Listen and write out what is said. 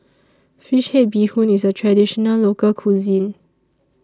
Fish Head Bee Hoon IS A Traditional Local Cuisine